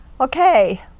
Okay